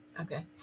Okay